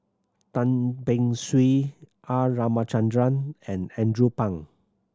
Tan Beng Swee R Ramachandran and Andrew Phang